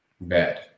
bad